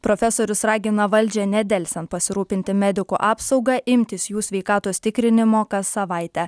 profesorius ragina valdžią nedelsiant pasirūpinti medikų apsauga imtis jų sveikatos tikrinimo kas savaitę